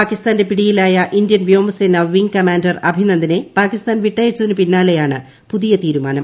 പാകിസ്താന്റെ പിടിയിലായ ഇന്ത്യൻ വ്യോമസേനാ വിങ് കമാൻഡർ അഭിനന്ദനെ പാകിസ്താൻ വിട്ടയച്ചതിന് പിന്നാലെയാണ് പുതിയ തീരുമാനം